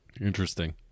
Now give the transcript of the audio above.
interesting